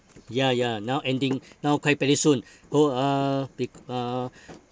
ya ya now ending now quite very soon whole uh be~ uh